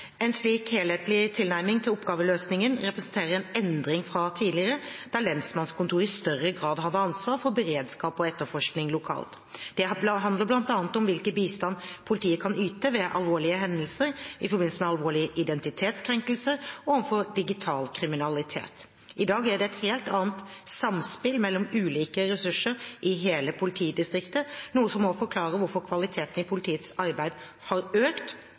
En slik helhetlig tilnærming til oppgaveløsningen representerer en endring fra tidligere, da lensmannskontoret i større grad hadde ansvar for beredskap og etterforskning lokalt. Det handler bl.a. om hvilken bistand politiet kan yte ved alvorlige hendelser, i forbindelse med alvorlige identitetskrenkelser og overfor digital kriminalitet. I dag er det et helt annet samspill mellom ulike ressurser i hele politidistriktet, noe som også forklarer hvorfor kvaliteten på politiets arbeid har økt